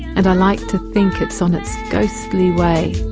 and i like to think it's on its ghostly way,